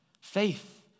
faith